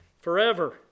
forever